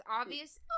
obvious